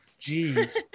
Jeez